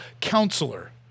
Counselor